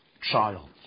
child